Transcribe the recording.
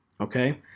okay